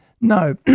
No